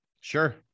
Sure